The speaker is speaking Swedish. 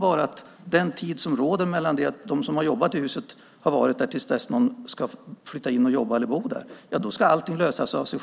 för givet att tiden mellan byggjobbet och till dess att någon flyttar in för att jobba eller bo i huset bara ska lösa allt.